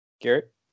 Garrett